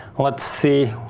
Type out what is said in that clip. let's see.